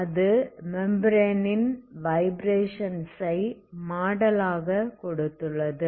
அது membrane vibrations ஐ model ஆக கொண்டுள்ளது